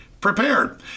prepared